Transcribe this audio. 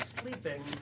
sleeping